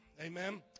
Amen